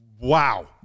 wow